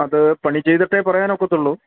അത് പണി ചെയ്തിട്ടെ പറയാൻ ഒക്കത്തുള്ളു